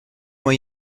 haut